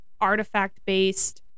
artifact-based